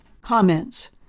Comments